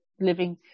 living